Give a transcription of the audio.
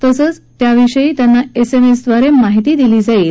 तसंच याविषयी त्यांना एस एम एस द्वारे माहिती दिली जाईल